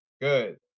Good